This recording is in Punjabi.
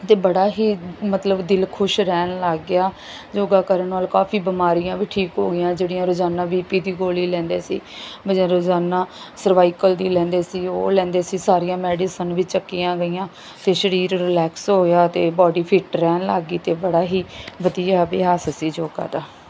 ਅਤੇ ਬੜਾ ਹੀ ਮਤਲਬ ਦਿਲ ਖੁਸ਼ ਰਹਿਣ ਲੱਗ ਗਿਆ ਯੋਗਾ ਕਰਨ ਨਾਲ ਕਾਫੀ ਬਿਮਾਰੀਆਂ ਵੀ ਠੀਕ ਹੋ ਗਈਆਂ ਜਿਹੜੀਆਂ ਰੋਜ਼ਾਨਾ ਬੀ ਪੀ ਦੀ ਗੋਲੀ ਲੈਂਦੇ ਸੀ ਬਜ਼ਾਰੋਂ ਰੋਜ਼ਾਨਾ ਸਰਵਾਈਕਲ ਦੀ ਲੈਂਦੇ ਸੀ ਉਹ ਲੈਂਦੇ ਸੀ ਸਾਰੀਆਂ ਮੈਡੀਸਨ ਵੀ ਚੱਕੀਆਂ ਗਈਆਂ ਫਿਰ ਸਰੀਰ ਰਿਲੈਕਸ ਹੋ ਗਿਆ ਅਤੇ ਬਾਡੀ ਫਿੱਟ ਰਹਿਣ ਲੱਗ ਗਈ ਅਤੇ ਬੜਾ ਹੀ ਵਧੀਆ ਅਭਿਆਸ ਸੀ ਯੋਗਾ ਦਾ